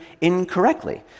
incorrectly